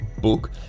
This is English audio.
book